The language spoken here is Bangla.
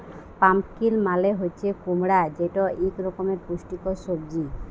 পাম্পকিল মালে হছে কুমড়া যেট ইক রকমের পুষ্টিকর সবজি